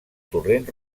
torrent